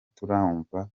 turumva